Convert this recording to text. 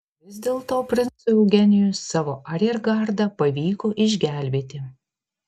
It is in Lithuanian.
vis dėlto princui eugenijui savo ariergardą pavyko išgelbėti